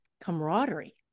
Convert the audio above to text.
camaraderie